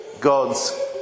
God's